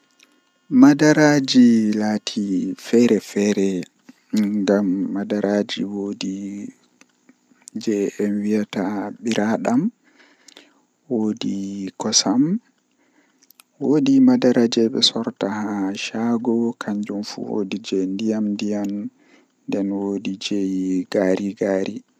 Arandewol kam mi heban biradam malla kosam mi wada shuga deidei nomi yidi nden mi tefa babal fewnaago friji malla hunde feere jei fewnata dum warta kankara mi siga haa ton mi acca neeba sei to yoori warto kolong bana aice man mi wurtina warti ice cream.